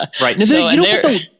Right